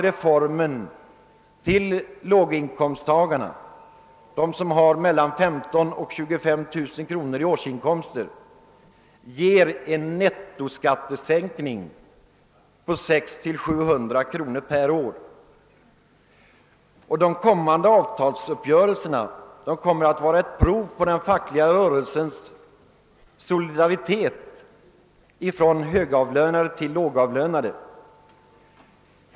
Reformen ger de låginkomsttagare som har mellan 15 000 och 25 000 kronor i årsinkomst en nettoskattesänkning på 600—700 kronor per år. De kommande avtalsuppgörelserna blir ett prov på den fackliga solidariteten bland högavlönade gentemot lågavlönade.